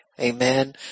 Amen